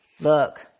look